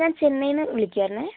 ഞാൻ ചെന്നൈയിൽനിന്ന് വിളിക്കുകയായിരുന്നു